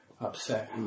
upset